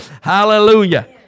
Hallelujah